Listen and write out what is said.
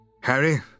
Harry